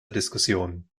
diskussionen